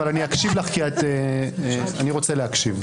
אבל אני אקשיב לך כי אני רוצה להקשיב.